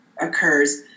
occurs